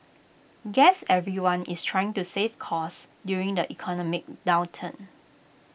guess everyone is trying to save costs during the economic downturn